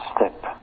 step